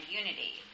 unity